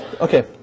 okay